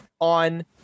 on